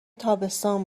تابستان